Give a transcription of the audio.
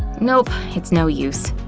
nope, it's no use.